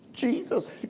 Jesus